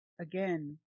again